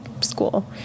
school